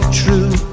true